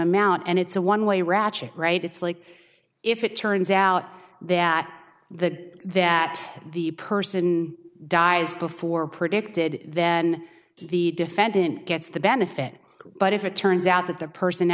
amount and it's a one way ratchet right it's like if it turns out that the that the person dies before predicted then the defendant gets the benefit but if it turns out that the person